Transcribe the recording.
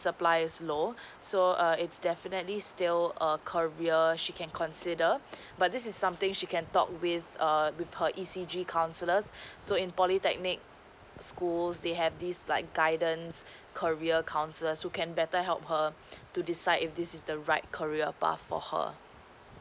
supply is slow so err it's definitely still a career she can consider but this is something she can talk with err with her E_C_G counsellors so in polytechnic schools they have this like guidance career counsellor who can better help her to decide if this is the right career path for her